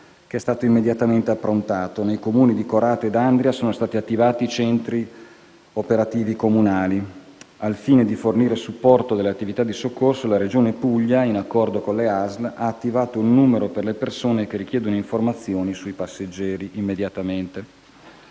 che è stato immediatamente approntato; nei Comuni di Corato ed Andria sono stati attivati i centri operativi comunali. Al fine di fornire supporto alle attività di soccorso, la Regione Puglia, in accordo con le ASL, ha immediatamente attivato un numero per le persone che richiedono informazioni sui passeggeri. A livello